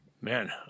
Man